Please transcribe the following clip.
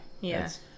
Yes